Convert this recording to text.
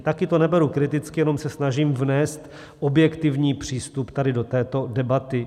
Taky to neberu kriticky, jenom se snažím vnést objektivní přístup tady do této debaty.